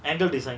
handle design